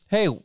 Hey